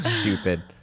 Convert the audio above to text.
Stupid